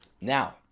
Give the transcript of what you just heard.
Now